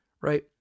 right